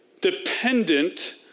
dependent